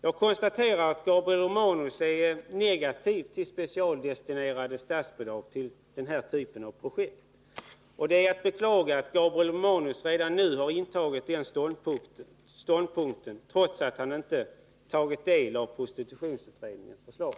Jag konstaterar att Gabriel Romanus är negativ till specialdestinerade statsbidrag till den här typen av projekt. Det är att beklaga att Gabriel Romanus redan nu har intagit den ståndpunkten, trots att han inte tagit del av prostitutionsutredningens förslag.